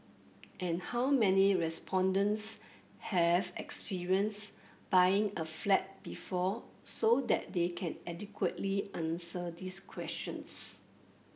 and how many respondents have experience buying a flat before so that they can adequately answer this questions